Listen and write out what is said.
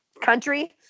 country